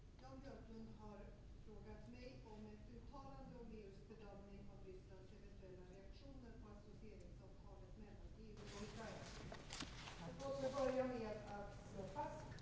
Herr talman! Jan Björklund har frågat mig om ett uttalande om EU:s bedömning av Rysslands eventuella reaktioner på associeringsavtalet mellan EU och Ukraina.Låt mig börja med att återigen slå fast att Sveriges politik vad gäller Rysslands agerande mot Ukraina ligger fast.